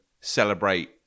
celebrate